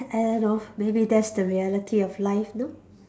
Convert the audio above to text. I don't know maybe that's the reality of life you know